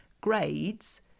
grades